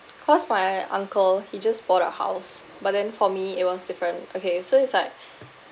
cause my uncle he just bought a house but then for me it was different okay so it's like